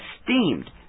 esteemed